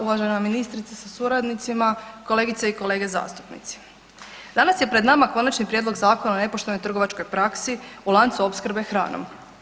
Uvažena ministrice sa suradnicima, kolegice i kolege zastupnici, danas je pred nama Konačni prijedlog Zakona o nepoštenoj trgovačkoj praksi u lancu opskrbe hranom.